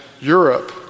Europe